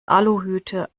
aluhüte